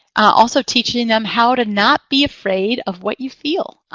also, teaching them how to not be afraid of what you feel,